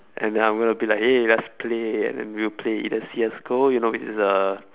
and then I'm gonna be like hey lets play and we will play either C_S go you know which is a